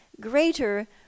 greater